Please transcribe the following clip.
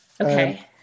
Okay